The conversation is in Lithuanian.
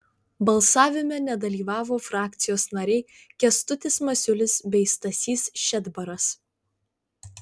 balsavime nedalyvavo frakcijos nariai kęstutis masiulis bei stasys šedbaras